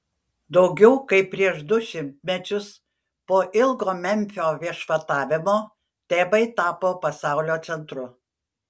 daugiau kaip prieš du šimtmečius po ilgo memfio viešpatavimo tebai tapo pasaulio centru